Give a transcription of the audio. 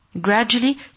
Gradually